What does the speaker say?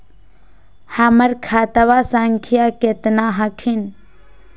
हमर खतवा संख्या केतना हखिन?